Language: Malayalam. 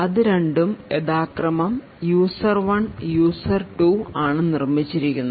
അത് രണ്ടും യഥാക്രമം user 1 user 2 ആണ് നിർമിച്ചിരിക്കുന്നത്